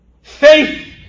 Faith